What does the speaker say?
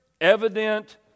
evident